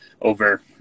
over